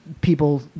people